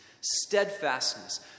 steadfastness